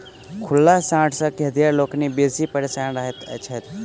खुल्ला साँढ़ सॅ खेतिहर लोकनि बेसी परेशान रहैत छथि